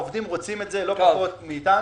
העובדים רוצים את זה לא פחות מאתנו.